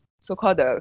so-called